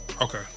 Okay